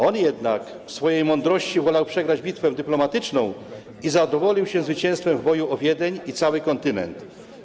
On jednak w swojej mądrości wolał przegrać bitwę dyplomatyczną i zadowolił się zwycięstwem w boju o Wiedeń i cały kontynent.